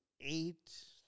eight